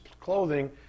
clothing